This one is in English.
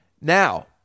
now